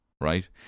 right